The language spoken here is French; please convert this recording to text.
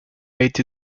été